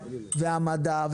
המדע,